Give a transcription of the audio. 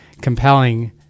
compelling